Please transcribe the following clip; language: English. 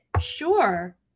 sure